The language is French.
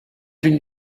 une